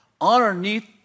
underneath